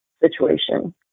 situation